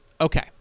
okay